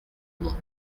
mon